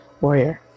Warrior